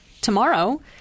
tomorrow